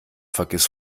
vergiss